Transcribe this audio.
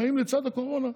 חיים לצד הקורונה.